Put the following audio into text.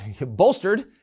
bolstered